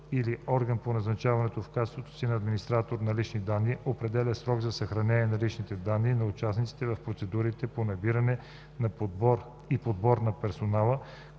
или орган по назначаването, в качеството си на администратор на лични данни определя срок за съхранение на лични данни на участници в процедури по набиране и подбор на персонала,